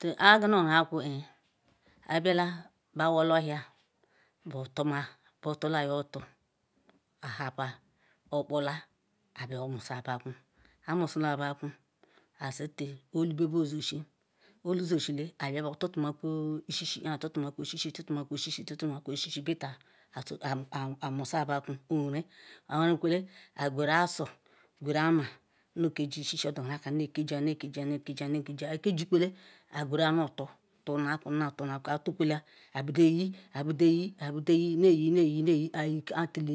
Kpa aga nuru ekwu bu Ibiala beusala ohia betuma betuya tu ahapua okpola abia omusha Ibekwu amushila Ibekuvu asite olu bezolisi oluzisile ayebia tutumakwo Isisi tutumakwo Isisi tutumakwo Isisi tutumakwo Isisi bita, amusa Ibekwa oren, orekiuole, agweru Azor qweru Ama nekeji odogara kam nekeji, nekeji nekeji nekeji akejikwole aqweruya nuotor nuotor naku nuotor naku atorkwole abideyi neyi neyi neyi ayika till